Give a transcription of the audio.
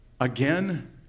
again